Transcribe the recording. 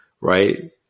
right